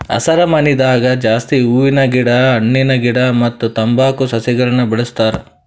ಹಸರಮನಿದಾಗ ಜಾಸ್ತಿ ಹೂವಿನ ಗಿಡ ಹಣ್ಣಿನ ಗಿಡ ಮತ್ತ್ ತಂಬಾಕ್ ಸಸಿಗಳನ್ನ್ ಬೆಳಸ್ತಾರ್